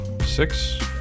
six